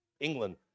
England